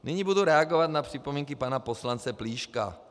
Nyní budu reagovat na připomínky pana poslance Plíška.